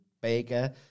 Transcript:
Baker